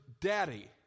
Daddy